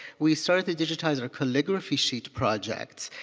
we started digitizing our calligraphy sheet project.